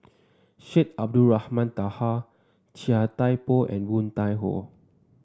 Syed Abdulrahman Taha Chia Thye Poh and Woon Tai Ho